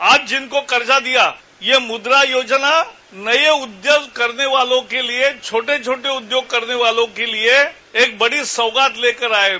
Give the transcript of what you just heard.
आज जिनको कर्जा दिया यह मुद्रा योजना नये उदयम करने वालों के लिये छोटे छोटे उद्योग करने वाले एक बड़ी सौगात लेकर आया है